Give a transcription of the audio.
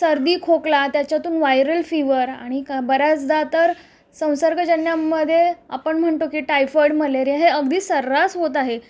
सर्दी खोकला त्याच्यातून वायरल फीवर आणिक बऱ्याचदा तर संसर्गजन्यमध्ये आपण म्हणतो की टायफॉईड मलेरिया हे अगदी सर्रास होत आहे